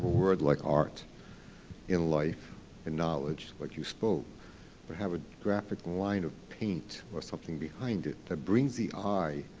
word like art in life and knowledge like you spoke, would have a graphic line of paint or something behind it that brings the eye.